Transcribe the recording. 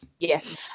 Yes